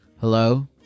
Hello